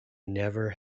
never